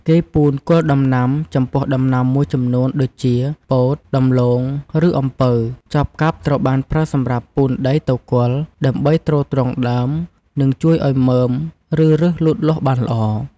គេពូនគល់ដំណាំ ចំពោះដំណាំមួយចំនួនដូចជា ពោត ដំឡូង ឬអំពៅ ចបកាប់ត្រូវបានប្រើសម្រាប់ ពូនដីទៅគល់ ដើម្បីទ្រទ្រង់ដើម និងជួយឱ្យមើម ឬឫសលូតលាស់បានល្អ។